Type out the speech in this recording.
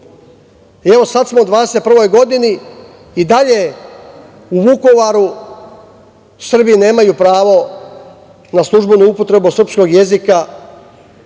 Evo, sad smo u 2021. godini, i dalje u Vukovaru Srbi nemaju pravo na službenu upotrebu srpskog jezika